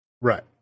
Right